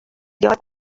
یاد